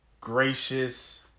gracious